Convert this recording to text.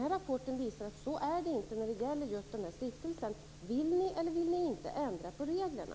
Rapporten visar att det inte är så när det gäller just den här stiftelsen. Vill ni eller vill ni inte ändra på reglerna?